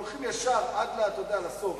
הם הולכים ישר, עד אתה יודע לסוף.